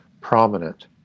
prominent